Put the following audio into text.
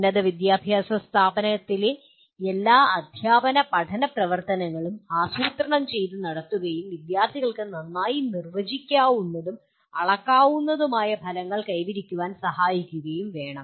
ഉന്നത വിദ്യാഭ്യാസ സ്ഥാപനത്തിലെ എല്ലാ അദ്ധ്യാപന പഠന പ്രവർത്തനങ്ങളും ആസൂത്രണം ചെയ്ത് നടത്തുകയും വിദ്യാർത്ഥികൾക്ക് നന്നായി നിർവചിക്കാവുന്നതും അളക്കാവുന്നതുമായ ഫലങ്ങൾ കൈവരിക്കാൻ സഹായിക്കുകയും വേണം